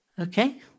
Okay